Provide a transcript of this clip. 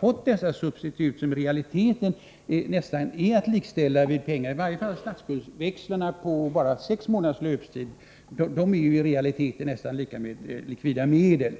fått dessa substitut, som i realiteten nästan kan likställas med pengar — i varje fall är statsskuldsväxlarna, med bara sex månaders löptid, nästan detsamma som likvida medel.